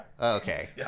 okay